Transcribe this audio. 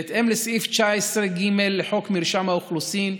בהתאם לסעיף 19ג לחוק מרשם האוכלוסין,